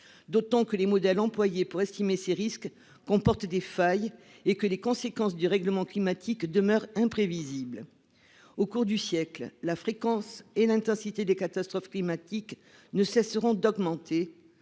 vrai que les modèles employés pour estimer ces risques comportent des failles et que les conséquences du dérèglement climatique demeurent imprévisibles. Au cours du siècle, la fréquence et l'intensité des catastrophes climatiques ne cesseront d'augmenter.